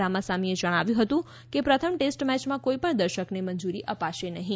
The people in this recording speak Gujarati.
રામાસામીએ જણાવ્યું હતું કે પ્રથમ ટેસ્ટ મેચમાં કોઈપણ દર્શકને મંજુરી અપાશે નહીં